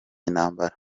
intambara